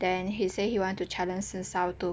then he say he want to challenge himself to